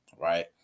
right